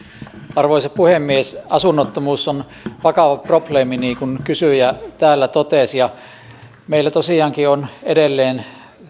arvoisa puhemies asunnottomuus on vakava probleemi niin kuin kysyjä täällä totesi meillä tosiaankin on edelleen